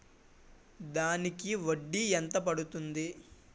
దానికి వడ్డీ ఎంత పడుతుంది?